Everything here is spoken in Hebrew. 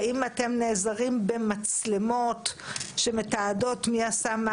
האם אתם נעזרים במצלמות שמתעדות מי עשה מה